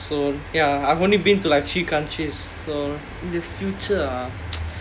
so ya I've only been to like three countries so in the future ah